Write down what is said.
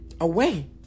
away